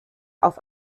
auf